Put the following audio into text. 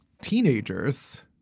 teenagers